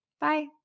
Bye